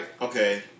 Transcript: Okay